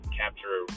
capture